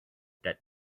that